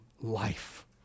life